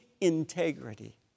integrity